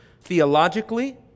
theologically